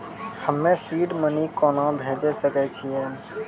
हम्मे seed money कोना भेजी सकै छिओंन